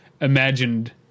imagined